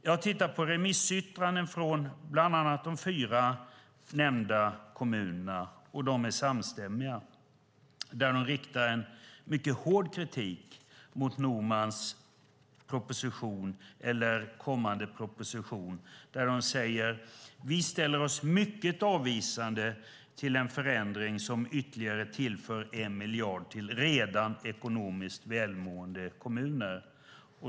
Jag har tittat på remissyttranden från bland annat de fyra nämnda kommunerna - de är samstämmiga - där de riktar en mycket hård kritik mot Normans kommande proposition och säger: Vi ställer oss mycket avvisande till en förändring som ytterligare tillför 1 miljard till redan ekonomiskt välmående kommuner.